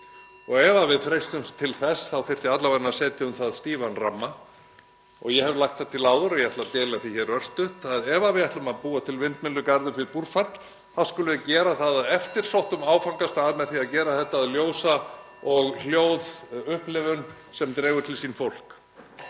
Ef við freistumst til þess þyrfti alla vega að setja um það stífan ramma og ég hef lagt það til áður og ætla að deila því hér örstutt, (Forseti hringir.) að ef við ætlum að búa til vindmyllugarð upp við Búrfell þá skulum við gera það að eftirsóttum áfangastað með því að gera þetta að ljósa- og hljóðupplifun sem dregur til sín fólk.